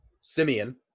Simeon